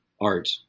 art